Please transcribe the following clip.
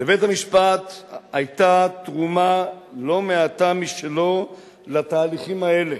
"לבית-המשפט היתה תרומה לא מעטה משלו לתהליכים האלה,